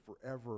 forever